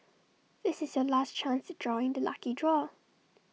this is your last chance to join the lucky draw